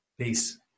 Peace